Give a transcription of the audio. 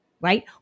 Right